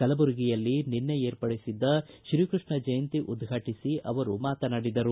ಕಲಬುರಗಿಯಲ್ಲಿ ನಿನ್ನೆ ಏರ್ಪಡಿಸಿದ್ದ ಶ್ರೀಕೃಷ್ಣ ಜಯಂತಿ ಉದ್ವಾಟಿಸಿ ಅವರು ಮಾತನಾಡಿದರು